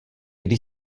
když